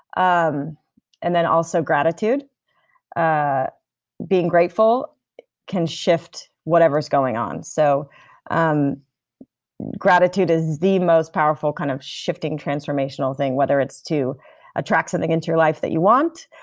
um and then also gratitude ah being grateful can shift whatever's going on. so um gratitude is the most powerful kind of shifting transformational thing, whether it's to attract something into your life that you want,